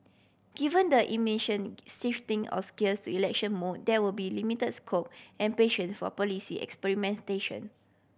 given the immission shifting ohs gears to election mode there will be limit scope and patience for policy experimentation